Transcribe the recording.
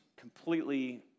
completely